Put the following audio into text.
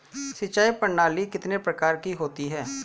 सिंचाई प्रणाली कितने प्रकार की होती हैं?